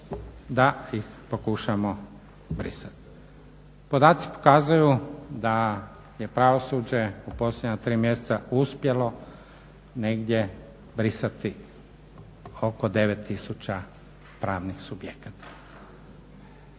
da ih pokušamo brisati. Podaci pokazuju da je pravosuđe u posljednja tri mjeseca uspjelo brisati negdje oko 9 tisuća pravnih subjekata,